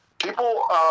People